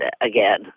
again